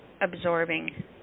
absorbing